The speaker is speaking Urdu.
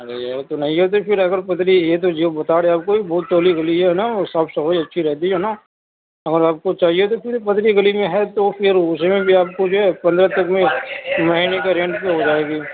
ارے نہیں ہے تو پھر اگر پتلی ہے تو یہ بتا رہے آپ کو بہت چولی گلی ہے نا صاف صفائی اچھی رہتی ہے نا اور آپ کو چاہیے تو پتلی گلی میں ہے تو پھر اُس میں بھی آپ کو جو ہے پندرہ تک میں مہینے کے رینٹ پر ہو جائے گی